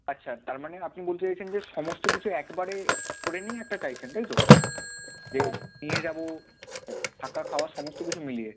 আচ্ছা তার মানে আপনি বলতে চাইছেন যে সমস্ত কিছু একবারে করে নিয়ে একটা চাইছেন তাই তো যে নিয়ে যাবো হ্যাঁ থাকা খাওয়া সমস্ত কিছু মিলিয়ে